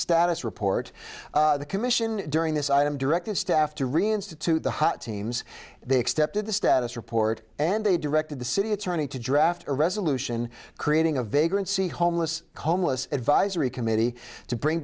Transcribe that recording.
status report the commission during this item directed staff to reinstitute the hot teams they accepted the status report and they directed the city attorney to draft a resolution creating a vagrancy homeless homeless advisory committee to bring